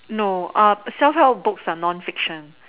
no uh self help books are non fiction